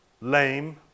lame